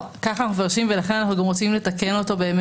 ככה מפרשים אותו ולכן אנחנו גם רוצים לתקן אותו כדי